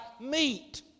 meat